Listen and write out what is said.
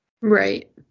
Right